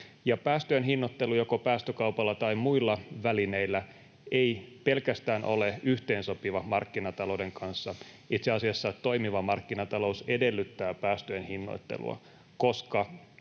Päästöjen hinnoittelu joko päästökaupalla tai muilla välineillä ei pelkästään ole yhteensopiva markkinatalouden kanssa, vaan itse asiassa toimiva markkinatalous edellyttää päästöjen hinnoittelua,